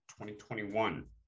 2021